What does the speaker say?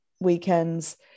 weekends